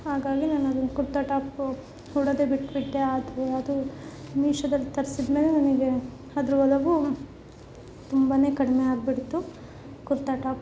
ಹಾಗಾಗಿ ನಾನು ಅದುನ್ನ ಕುರ್ತಾ ಟಾಪು ಉಡೋದೇ ಬಿಟ್ಟುಬಿಟ್ಟೆ ಆದ್ರೆ ಅದು ಮೀಶೊದಲ್ಲಿ ತರ್ಸಿದ ಮೇಲೆ ನನಗೆ ಅದರ ಒಲವು ತುಂಬಾ ಕಡಿಮೆ ಆಗಿಬಿಡ್ತು ಕುರ್ತಾ ಟಾಪ್